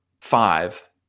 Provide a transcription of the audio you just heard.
five